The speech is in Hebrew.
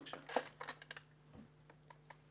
לא שומעים